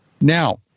Now